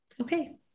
okay